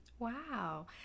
Wow